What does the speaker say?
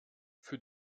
für